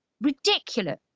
ridiculous